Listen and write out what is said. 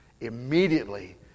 Immediately